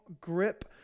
grip